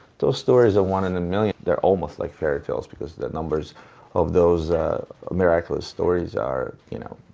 those stories are one in a million. they're almost like fairy tales because the numbers of those miraculous stories are, you know,